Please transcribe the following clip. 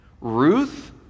Ruth